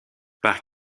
par